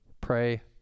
pray